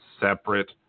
separate